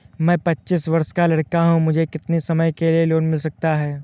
मैं पच्चीस वर्ष का लड़का हूँ मुझे कितनी समय के लिए लोन मिल सकता है?